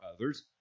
others